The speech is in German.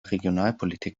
regionalpolitik